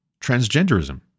transgenderism